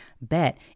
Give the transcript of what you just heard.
bet